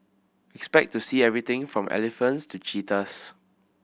expect to see everything from elephants to cheetahs